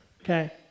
Okay